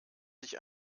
sich